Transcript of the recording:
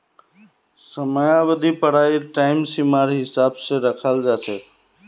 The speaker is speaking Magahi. समयावधि पढ़ाईर टाइम सीमार हिसाब स रखाल जा छेक